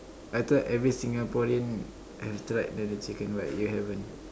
I thought every Singaporean have tried NeNe-chicken but you haven't